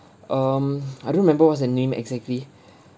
um I don't remember what's the name exactly